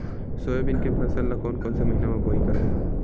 Soybean के फसल ल कोन कौन से महीना म बोआई करबो?